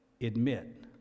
admit